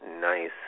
nice